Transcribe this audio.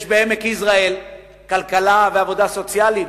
יש בעמק-יזרעאל כלכלה ועבודה סוציאלית,